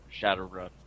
Shadowrun